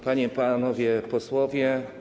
Panie i Panowie Posłowie!